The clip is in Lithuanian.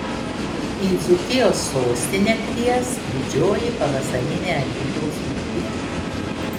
į dzūkijos sostinę kvies didžioji pavasarinė alytaus mugė